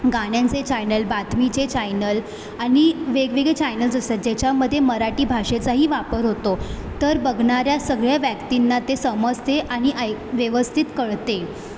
गाण्यांचे चायनल बातमीचे चायनल आणि वेगवेगळे चायनल्ज असतात ज्याच्यामध्ये मराठी भाषेचाही वापर होतो तर बघणाऱ्या सगळ्या व्यक्तींना ते समजते आणि एक व्यवस्थित कळते